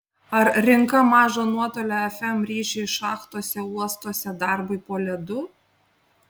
ar rinka mažo nuotolio fm ryšiui šachtose uostuose darbui po ledu